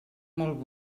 molt